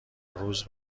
روز